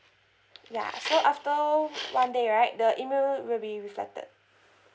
ya so after one day right the email will be reflected